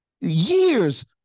Years